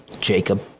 Jacob